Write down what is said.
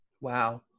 wow